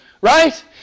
right